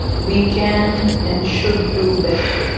we can and should do better.